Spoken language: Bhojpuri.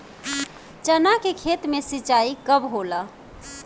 चना के खेत मे सिंचाई कब होला?